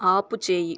ఆపుచేయి